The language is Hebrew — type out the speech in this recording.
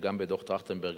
גם בדוח-טרכטנברג,